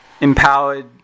empowered